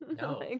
No